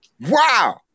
wow